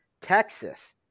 Texas